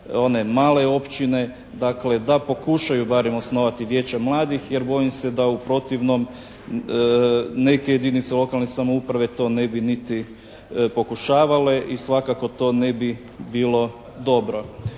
one male općine. Dakle, da pokušaju barem osnovati Vijeće mladih jer bojim se da u protivnom neke jedinice lokalne samouprave to ne bi niti pokušavale i svakako to ne bi bilo dobro.